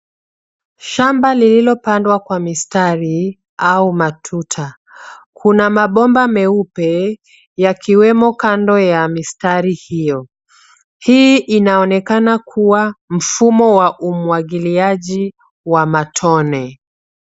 Shamba lililopandwa kwa mistari au matuta, kuna mabomba meupe yakiwemo kando ya mistari hiyo. Hii inaonekana kuwa mfumo wa umwagiliaji wa matone.